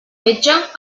metge